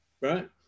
right